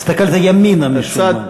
הסתכלת ימינה, משום מה.